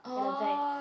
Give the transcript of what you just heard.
at the back